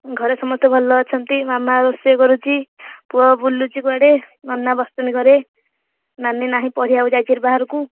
ଘରେ ସମସ୍ତେ ଭଲ ଅଛନ୍ତି ମାମା ରୋଷେଇ କରୁଛି ପୁଅ ବୁଲୁଛି କୁଆଡ଼େ ନନା ବସିଛନ୍ତି ଘରେ ନାନି ନାହିଁ ପଢ଼ିବାକୁ ଯାଇଛି ବାହାରକୁ